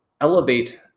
elevate